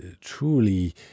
truly